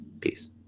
Peace